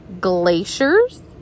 glaciers